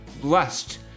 blessed